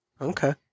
Okay